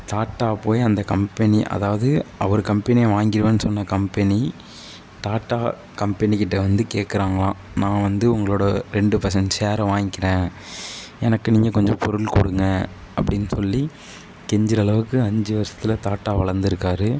tata போய் அந்த கம்பெனியை அதாவது அவர் கம்பெனியை வாங்கிருவேன் சொன்ன கம்பெனி டாட்டா கம்பெனிகிட்டே வந்து கேக்கிறாங்களாம் நான் வந்து உங்களோட ரெண்டு பெர்சன்ட் ஷேரை வாங்கிக்கிறேன் எனக்கு நீங்க கொஞ்சம் பொருள் கொடுங்க அப்டின்னு சொல்லி கெஞ்சுற அளவுக்கு அஞ்சு வருசத்தில் தாட்டா வளர்ந்துருக்காரு